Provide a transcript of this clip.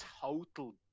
total